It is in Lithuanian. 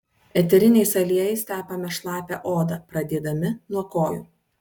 eteriniais aliejais tepame šlapią odą pradėdami nuo kojų